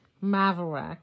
Maverick